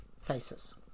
faces